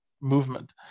movement